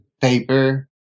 paper